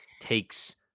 takes